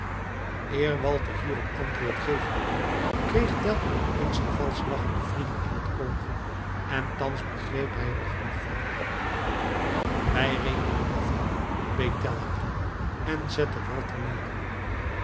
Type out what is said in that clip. eer walter hierop antwoord geven kon kreeg tell opeens den valsch lachenden friedel in het oog en thans begreep hij er genoeg van wij rekenen af man beet tell hem toe en zette walter neer